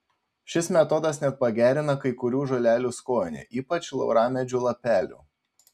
šis metodas net pagerina kai kurių žolelių skonį ypač lauramedžių lapelių